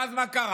ואז מה קרה?